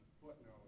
footnote